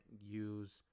use